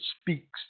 speaks